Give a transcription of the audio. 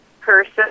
person